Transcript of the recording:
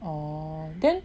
oh